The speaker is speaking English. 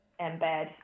embed